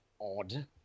odd